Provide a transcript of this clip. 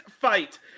fight